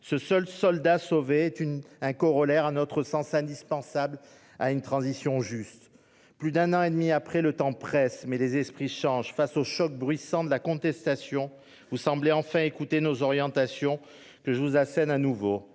Ce seul soldat sauvé est un corollaire à notre sens indispensable d'une transition juste. Plus d'un an et demi plus tard, le temps presse, mais les esprits changent. Face au mouvement bruissant de contestation, vous semblez enfin écouter nos orientations. Je vous les assène de nouveau.